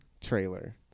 trailer